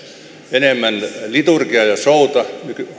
enemmän liturgiaa ja showta